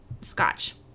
Scotch